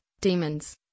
Demons